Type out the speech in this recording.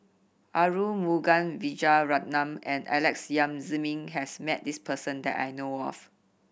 Arumugam Vijiaratnam and Alex Yam Ziming has met this person that I know of